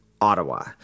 Ottawa